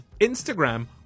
Instagram